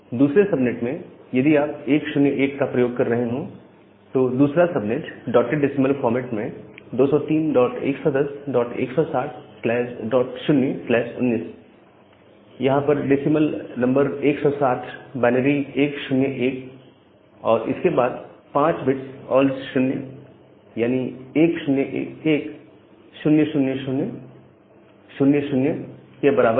दूसरा सबनेट में यदि आप 101 का प्रयोग कर रहे हो तो दूसरा सबनेट डॉटेड डेसिमल फॉर्मेट में 203110160019 यहां पर डेसिमल नंबर 160 बायनरी 101 और इसके बाद 5 बिट्स ऑल 0s यानी 10100000 के बराबर है